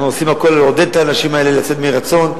אנחנו עושים הכול לעודד את האנשים האלה לצאת מרצון,